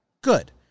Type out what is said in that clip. good